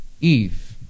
Eve